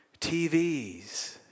TVs